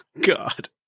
God